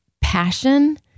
passion